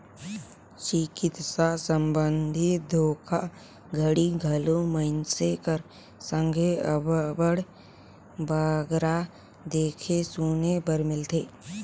चिकित्सा संबंधी धोखाघड़ी घलो मइनसे कर संघे अब्बड़ बगरा देखे सुने बर मिलथे